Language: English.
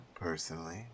personally